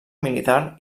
militar